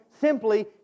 simply